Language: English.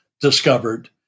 discovered